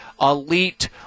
elite